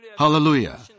Hallelujah